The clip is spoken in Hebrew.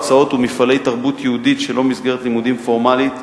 הרצאות ומפעלי תרבות יהודית שלא במסגרת לימודים פורמלית,